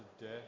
death